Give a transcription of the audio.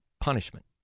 Punishment